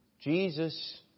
Jesus